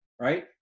right